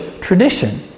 tradition